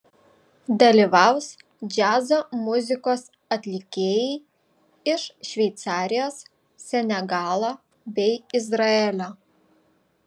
dalyvaus džiazo muzikos atlikėjai iš šveicarijos senegalo bei izraelio